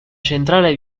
centrale